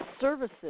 services